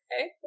Okay